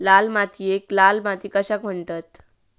लाल मातीयेक लाल माती कशाक म्हणतत?